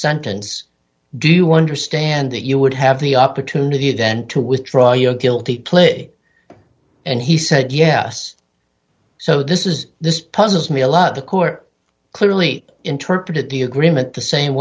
sentence do you understand that you would have the opportunity then to withdraw your guilty plea and he said yes so this is this puzzles me a lot the court clearly interpreted the agreement the same